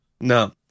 No